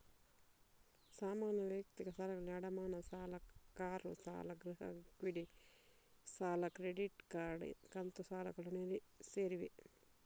ಸಾಮಾನ್ಯ ವೈಯಕ್ತಿಕ ಸಾಲಗಳಲ್ಲಿ ಅಡಮಾನ ಸಾಲ, ಕಾರು ಸಾಲ, ಗೃಹ ಇಕ್ವಿಟಿ ಸಾಲ, ಕ್ರೆಡಿಟ್ ಕಾರ್ಡ್, ಕಂತು ಸಾಲಗಳು ಸೇರಿವೆ